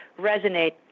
resonate